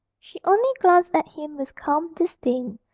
she only glanced at him with calm disdain,